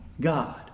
God